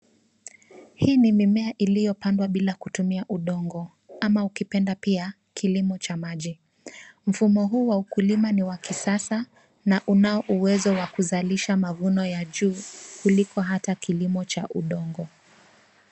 Hii ni mimea iliyopandwa bila kutumia udongo ama ukipenda pia kilimo cha maji. Mfumo huu wa ukulima ni wa kisasa na unao uwezo wa kuzalisha mavuno ya juu kuliko hata kilimo cha udongo.